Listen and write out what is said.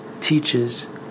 teaches